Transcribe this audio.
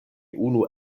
unu